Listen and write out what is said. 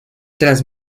tras